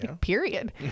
period